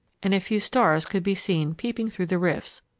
and a few stars could be seen peeping through the rifts,